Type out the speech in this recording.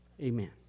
amen